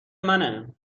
منه